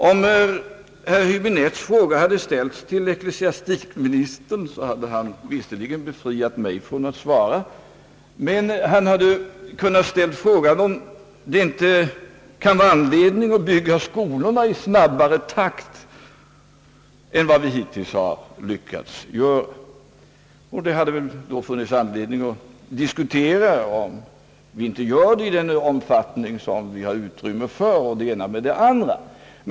Om herr Häbinettes fråga hade ställts till ecklesiastikministern hade han visserligen befriat mig från att svara, men han hade kunnat ställa frågan om det inte vore anledning att bygga skolorna i snabbare takt än vad vi hittills lyckats göra. Det hade då funnits anledning att diskutera om vi inte gör det i den omfattning som vi har utrymme för.